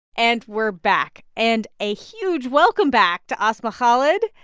and we're back. and a huge welcome back to asma khalid.